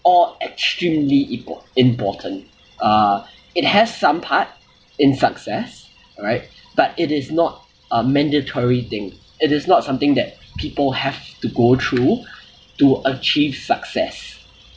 or extremely import~ important uh it has some part in success alright but it is not a mandatory thing it is not something that people have to go through to achieve success